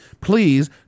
Please